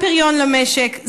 אובדן פריון למשק,